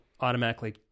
automatically